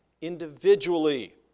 individually